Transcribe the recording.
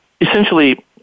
essentially